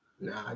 nah